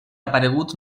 aparegut